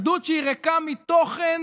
אחדות שהיא ריקה מתוכן